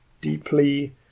deeply